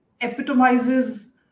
epitomizes